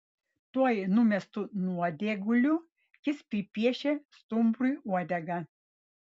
tuoj numestu nuodėguliu jis pripiešė stumbrui uodegą